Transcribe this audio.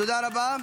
תודה רבה.